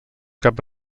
cap